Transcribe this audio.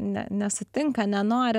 ne nesutinka nenori